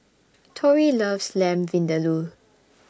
Torey loves Lamb Vindaloo